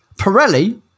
Pirelli